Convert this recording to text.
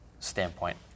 Standpoint